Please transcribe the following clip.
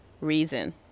reason